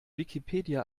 wikipedia